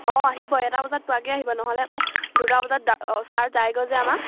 অঁ আহিব এটা বজাত পোৱাকে আহিব নহ'লে আকৌ দুটা বজাত ছাৰ যাইগৈ যে আমাক